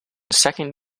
second